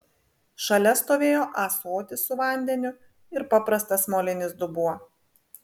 šalia stovėjo ąsotis su vandeniu ir paprastas molinis dubuo